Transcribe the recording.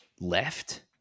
left